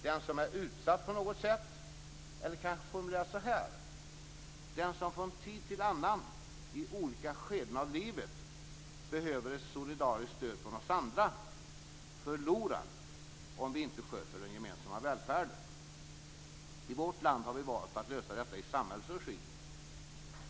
Den som är utsatt på något sätt. Eller jag skall kanske formulera det så här: Den som från tid till annan i olika skeden av livet behöver solidariskt stöd från oss andra förlorar om vi inte sköter den gemensamma välfärden. I vårt land har vi valt att lösa detta i samhällets regi.